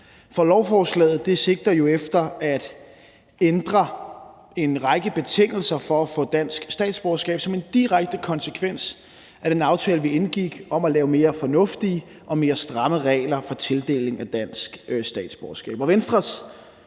Lovforslaget sigter jo efter at ændre en række betingelser for at få dansk statsborgerskab som en direkte konsekvens af den aftale, vi indgik, om at lave mere fornuftige og mere stramme regler for tildeling af dansk statsborgerskab.